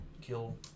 kill